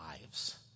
lives